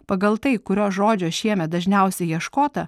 pagal tai kurio žodžio šiemet dažniausiai ieškota